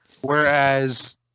Whereas